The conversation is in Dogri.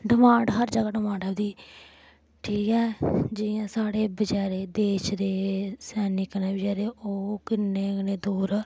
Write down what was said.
डमांड हर ज'गा डमांड ऐ ओह्दी ठीक ऐ जि'यां साढ़े बचैरे देश दे सैनिक न बचैरे ओह् किन्ने किन्ने दूर